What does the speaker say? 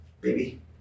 Baby